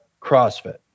CrossFit